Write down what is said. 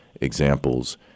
examples